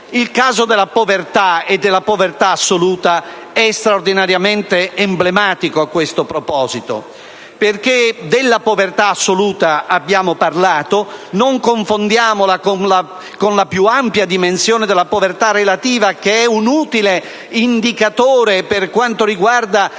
Il caso della povertà e della povertà assoluta è straordinariamente emblematico a questo proposito. Della povertà assoluta abbiamo parlato: non confondiamola con la più ampia dimensione della povertà relativa, che è un utile indicatore per quanto riguarda